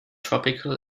tropical